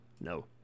no